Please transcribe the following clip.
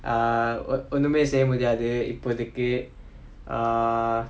err ஒன்னுமே செய்ய முடியாது இப்போதிக்கு:onnumae seyya mudiyathu ippothikku err